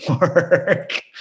work